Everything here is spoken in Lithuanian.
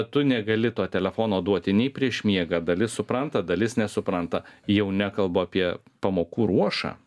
tu negali to telefono duoti nei prieš miegą dalis supranta dalis nesupranta jau nekalbu apie pamokų ruošą